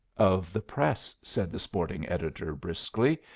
of the press, said the sporting editor, briskly.